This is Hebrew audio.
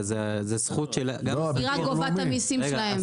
היא רק גובה את המיסים שלהם.